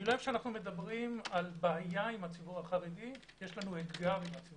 אני לא אוהב שאנחנו מדברים על בעיה עם הציבור החרדי יש לנו אתגר אתו.